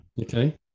Okay